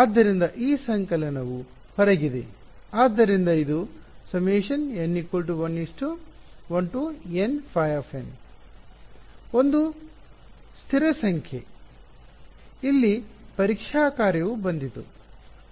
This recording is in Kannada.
ಆದ್ದರಿಂದ ಈ ಸಂಕಲನವು ಹೊರಗಿದೆ ಆದ್ದರಿಂದ ಇದು N ∑ ϕn n1 ಅದು ಒಂದು ಸ್ಥಿರ ಸಂಖ್ಯೆ ಮತ್ತು ಇಲ್ಲಿ ಪರೀಕ್ಷಾ ಕಾರ್ಯವು ಬಂದಿತು